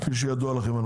כידוע לכם,